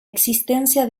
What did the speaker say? existencia